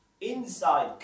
Inside